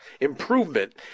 improvement